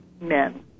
men